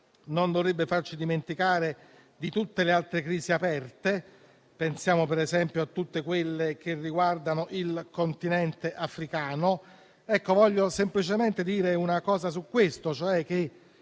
non dovrebbe farci dimenticare di tutte le altre crisi aperte (pensiamo a tutte quelle che riguardano il continente africano). Voglio semplicemente dire una cosa su questo: l'intervento